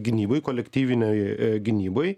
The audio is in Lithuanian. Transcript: gynybai kolektyvinei gynybai